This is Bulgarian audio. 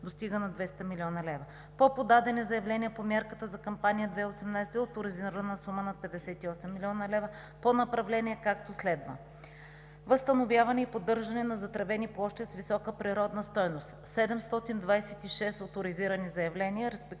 достига над 200 млн. лв. По подадени заявления по мярката за Кампания 2018 г. е оторизирана сума на 58 млн. лв. по направления, както следва: - възстановяване и поддържане на затревени площи с висока природна стойност: 726 оторизирани заявления,